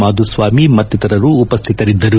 ಮಾಧುಸ್ವಾಮಿ ಮತ್ತಿತರರು ಉಪಸ್ಥಿತರಿದ್ದರು